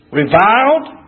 reviled